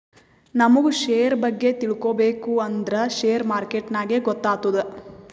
ನಮುಗ್ ಶೇರ್ ಬಗ್ಗೆ ತಿಳ್ಕೋಬೇಕು ಅಂದ್ರ ಶೇರ್ ಮಾರ್ಕೆಟ್ ನಾಗೆ ಗೊತ್ತಾತ್ತುದ